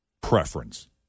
preference